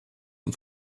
und